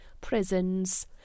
Prisons